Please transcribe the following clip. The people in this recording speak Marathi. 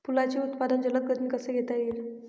फुलांचे उत्पादन जलद गतीने कसे घेता येईल?